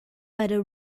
para